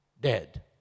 dead